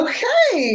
Okay